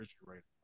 refrigerator